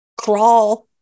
crawl